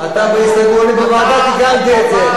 אני בוועדה תיקנתי את זה.